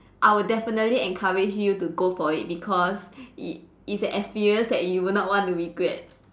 I would definitely encourage you to go for it because it it's an experience that you would not want to regret